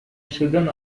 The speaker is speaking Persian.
شدن